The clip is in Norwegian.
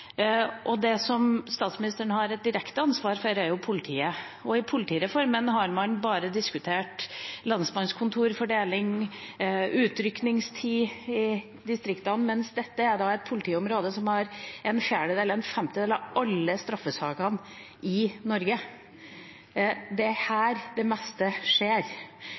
Det statsministeren har et direkte ansvar for, er jo politiet, og i politireformen har man bare diskutert lensmannskontorer, fordeling, utrykningstid i distriktene, mens dette er et politiområde som har en fjerdedel eller en femtedel av alle straffesakene i Norge. Det er her det meste skjer.